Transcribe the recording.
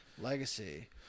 Legacy